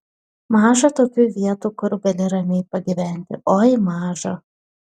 maža tokių vietų kur gali ramiai pagyventi oi maža